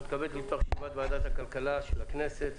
אני מתכבד לפתוח את ועדת הכלכלה של הכנסת.